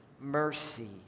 mercy